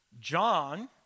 John